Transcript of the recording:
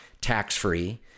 tax-free